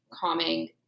calming